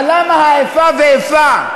אבל למה האיפה ואיפה,